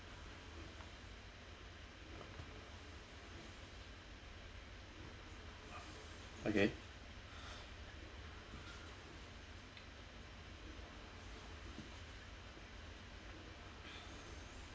okay